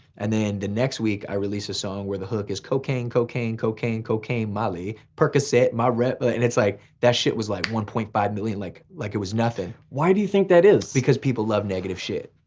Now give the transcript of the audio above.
and then the next week i release a song where the hook is cocaine, cocaine, cocaine, cocaine, molly, percocet, my rep, and it and was like, that shit was like one point five million like like it was nothing. why do you think that is? because people love negative shit.